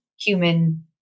human